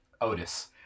Otis